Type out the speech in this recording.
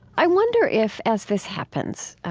i wonder if, as this happens,